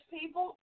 people